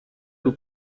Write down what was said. nous